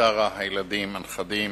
שרה, הילדים, הנכדים,